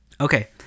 Okay